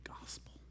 gospel